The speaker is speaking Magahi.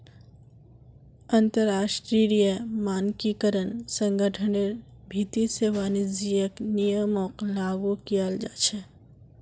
अंतरराष्ट्रीय मानकीकरण संगठनेर भीति से वाणिज्यिक नियमक लागू कियाल जा छे